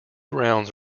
rounds